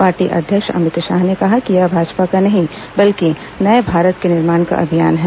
party अध्यक्ष अमित शाह ने कहा कि यह भाजपा का नहीं बल्कि नये भारत के निर्माण का अभियान है